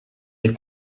des